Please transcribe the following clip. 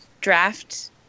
draft